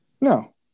No